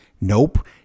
Nope